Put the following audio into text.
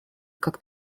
как